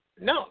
No